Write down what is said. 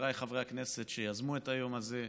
חבריי חברי הכנסת שיזמו את היום הזה,